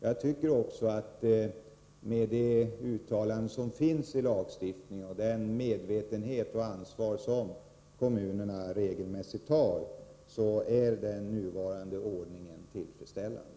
Jag tycker också att med det uttalande som finns i lagstiftningen och det ansvar som kommunerna regelmässigt tar är den nuvarande ordningen tillfredsställande.